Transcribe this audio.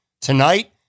Tonight